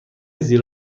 زیر